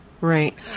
right